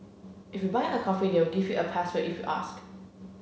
if you buy a coffee they'll give you a password if you ask